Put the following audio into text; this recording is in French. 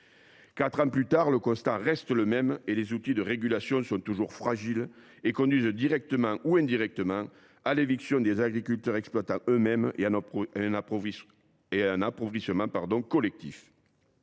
ans plus tard, le constat reste le même ; les outils de régulation sont toujours fragiles et conduisent, directement ou indirectement, à l’éviction des agriculteurs exploitants eux mêmes et à un appauvrissement collectif.